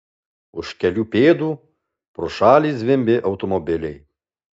už kelių pėdų pro šalį zvimbė automobiliai